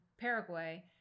Paraguay